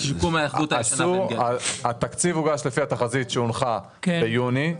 על תקציבי שיפוץ וראיתי את ההנגשה של מבנים ישנים.